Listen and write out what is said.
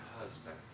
husband